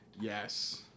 Yes